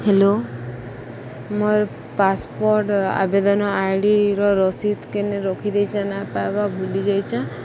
hello ମୋର୍ passport ଆବେଦନ ଆଇଡ଼ିର ରସିଦ କେନେ ରଖିଦେଇଛ ନାଇ ପାଇବା ଭୁଲିଯାଇଚେଁ